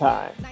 Time